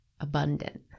abundant